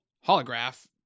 holograph